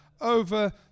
over